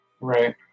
Right